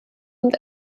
und